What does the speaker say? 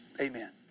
Amen